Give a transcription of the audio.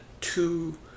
two